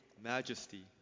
majesty